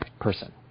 person